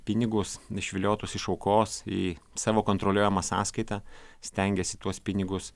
pinigus išviliotus iš aukos į savo kontroliuojamą sąskaitą stengiasi tuos pinigus